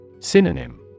Synonym